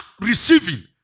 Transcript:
receiving